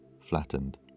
flattened